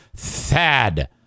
thad